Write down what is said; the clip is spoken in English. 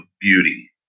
beauty